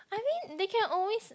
I mean they can always